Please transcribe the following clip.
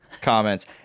comments